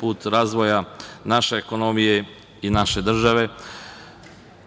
put razvoja naše ekonomije i naše države. Mogu